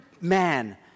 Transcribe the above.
man